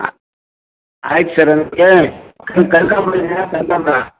ಆಯ್ತು ಸರ್ ನಮಗೆ ಕನ್ ಕನಕಾಂಬ್ರ ಇದೆಯಾ ಕನಕಾಂಬ್ರ